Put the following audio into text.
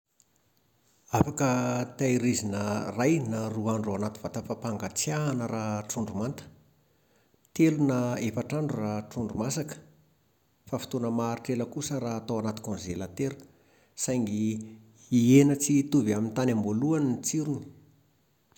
Afaka tehirina iray na roa andro anaty vata fampangatsiahana raha trondro manta. Telo na efatra andro raha trondro masaka. Fa fotoana maharitra ela kosa raha atao anaty kônzelatera, saingy hihena tsy hitovy amin'ny tany am-boalohany ny tsirony,